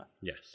Yes